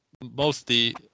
mostly